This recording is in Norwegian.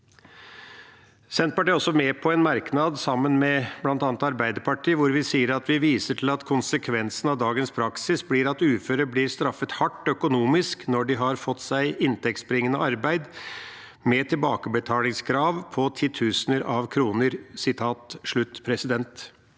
Senterpartiet er også med på en merknad sammen med bl.a. Arbeiderpartiet, hvor vi sier at vi viser til at konsekvensen av dagens praksis «blir at uføre blir straffet hardt økonomisk når de har fått seg inntektsbringende arbeid, med tilbakebetalingskrav på titusener av kroner».